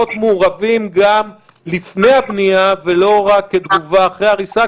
מעורבים גם לפני הבנייה ולא רק כתגובה אחרי הריסה?